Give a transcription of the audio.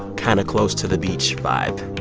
kind of close-to-the-beach vibe